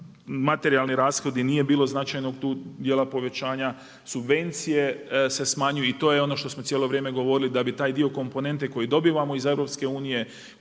Materijalni rashodi, nije bilo značajnog tu djela povećanja, subvencije se smanjuju i to je ono što smo cijelo vrijeme govorili da bi taj dio komponente koji dobivamo iz EU